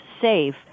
safe